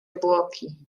obłoki